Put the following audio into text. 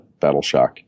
Battleshock